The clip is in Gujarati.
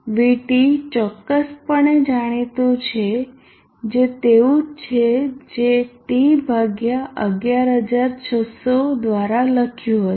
VT ચોક્કસપણે જાણીતું છે જે તેવું જ છે જે T ભાગ્યા 11600 દ્વારા લખ્યું હતું